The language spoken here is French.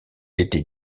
était